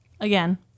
Again